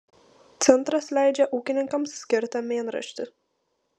centras leidžia ūkininkams skirtą mėnraštį